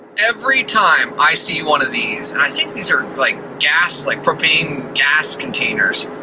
every time i see one of these, and i think these are like gas, like propane gas containers,